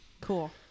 Cool